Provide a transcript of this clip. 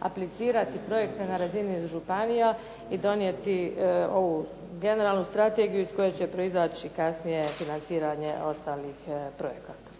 aplicirati projekte na razini županija i donijeti ovu generalnu strategiju iz koje će proizaći kasnije financiranje ostalih projekata.